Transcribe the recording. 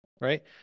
Right